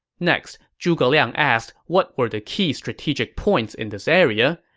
next, zhuge liang asked what were the key strategic points in this area,